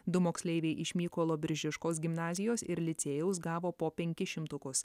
du moksleiviai iš mykolo biržiškos gimnazijos ir licėjaus gavo po penkis šimtukus